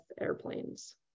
airplanes